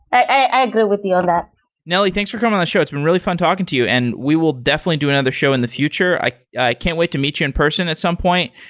i agree with you on that nelly, thanks for coming on the show. it's been really fun talking to you, and we will definitely do another show in the future. i i can't wait to meet you in person at some point.